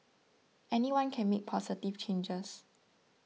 anyone can make positive changes